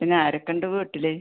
പിന്നെ ആരൊക്കെയുണ്ട് വീട്ടിൽ